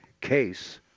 case